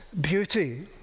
beauty